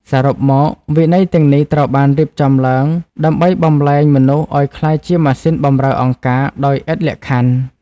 សរុបមក វិន័យទាំងនេះត្រូវបានរៀបចំឡើងដើម្បីបំប្លែងមនុស្សឱ្យក្លាយជាម៉ាស៊ីនបម្រើអង្គការដោយឥតលក្ខខណ្ឌ។